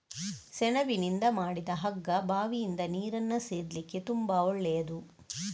ಸೆಣಬಿನಿಂದ ಮಾಡಿದ ಹಗ್ಗ ಬಾವಿಯಿಂದ ನೀರನ್ನ ಸೇದ್ಲಿಕ್ಕೆ ತುಂಬಾ ಒಳ್ಳೆಯದು